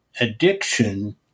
addiction